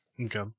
Okay